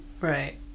Right